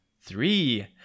Three